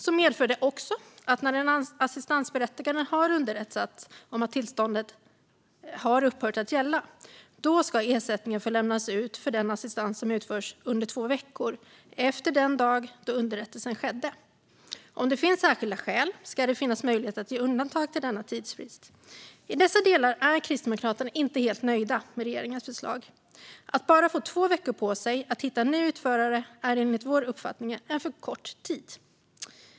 Det medför också att när den assistansberättigade har underrättats om att tillståndet har upphört att gälla ska ersättning få lämnas ut för den assistans som utförs under två veckor efter den dag då underrättelsen skedde. Om det finns särskilda skäl ska det finnas möjlighet att ge undantag för denna tidsfrist. I dessa delar är Kristdemokraterna inte helt nöjda med regeringens förslag. Att bara få två veckor på sig att hitta en ny utförare är enligt vår uppfattning en för kort tid.